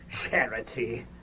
Charity